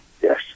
yes